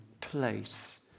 place